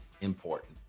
important